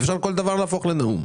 אי אפשר כל דבר להפוך לנאום.